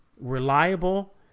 reliable